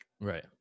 Right